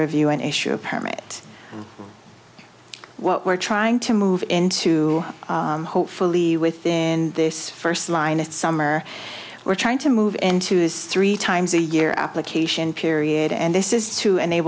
review and issue a permit what we're trying to move into hopefully within this first line of summer we're trying to move into this three times a year application period and this is to